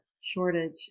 shortage